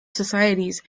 societies